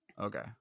Okay